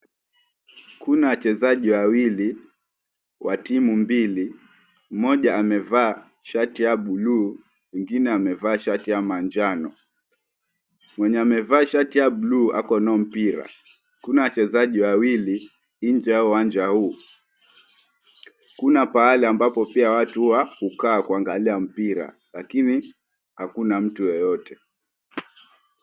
Kuna wachezaji wawili wa timu mbili, mmoja amevaa shati ya buluu mwingine amevaa shati ya manjano. Mwenye amevaa shati ya buluu ako na mpira. Kuna wachezaji wawili nje ya uwanja huu. Kuna pahali ambapo pia watu hukaa kuangalia mpira, lakini hakuna mtu yeyote.